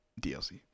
DLC